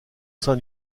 sein